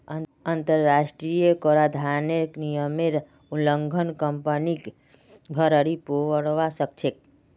अंतरराष्ट्रीय कराधानेर नियमेर उल्लंघन कंपनीक भररी पोरवा सकछेक